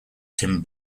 tim